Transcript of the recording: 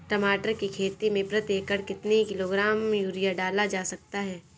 टमाटर की खेती में प्रति एकड़ कितनी किलो ग्राम यूरिया डाला जा सकता है?